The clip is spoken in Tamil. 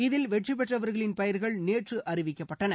இதில் வெற்றி பெற்றவர்களின் பெயர்கள் நேற்று அழிவிக்கப்பட்டன